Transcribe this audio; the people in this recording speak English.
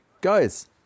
Guys